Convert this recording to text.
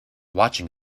watching